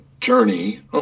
journey